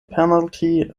penalty